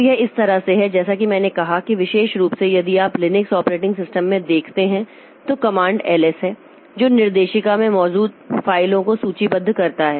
तो यह इस तरह से है जैसा कि मैंने कहा कि विशेष रूप से यदि आप लिनक्स ऑपरेटिंग सिस्टम में देखते हैं तो कमांड एलएस है जो निर्देशिका में मौजूद फाइलों को सूचीबद्ध करता है